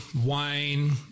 wine